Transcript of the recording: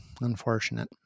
unfortunate